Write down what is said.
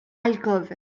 alcôve